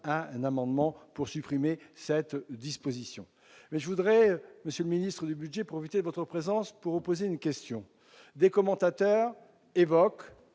un amendement pour supprimer cette disposition mais je voudrais Monsieur le Ministre du Budget profiter de votre présence pour vous poser une question des commentateurs évoquent